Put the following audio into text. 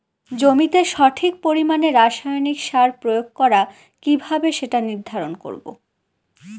জমিতে সঠিক পরিমাণে রাসায়নিক সার প্রয়োগ করা কিভাবে সেটা নির্ধারণ করব?